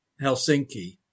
Helsinki